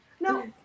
No